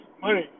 money